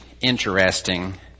interesting